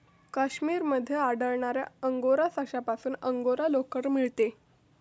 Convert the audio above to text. काश्मीर मध्ये आढळणाऱ्या अंगोरा सशापासून अंगोरा लोकर मिळते